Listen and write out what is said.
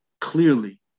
clearly